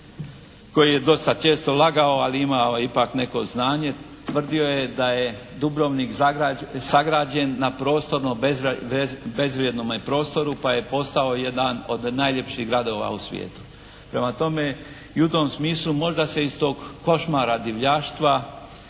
koji je dosta često lagao ali je imao ipak neko znanje, tvrdi je da je Dubrovnik sagrađen na prostorno bezvrijednome prostoru, pa je postao jedan od najljepših gradova u svijetu. Prema tome, i u tom smislu možda se iz tog košmara divljaštva,